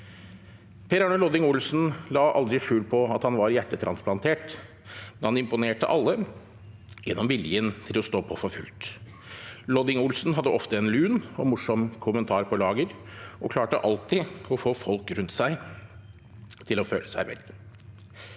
Per Arne Lodding Olsen la aldri skjul på at han var hjertetransplantert, men han imponerte alle gjennom viljen til å stå på for fullt. Han hadde ofte en lun og morsom kommentar på lager og klarte alltid å få folk rundt seg til å føle seg vel.